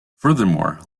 furthermore